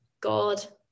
God